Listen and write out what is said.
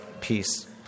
peace